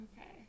Okay